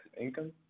income